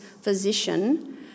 physician